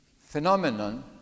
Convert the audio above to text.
phenomenon